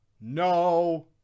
No